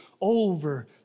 over